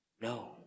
No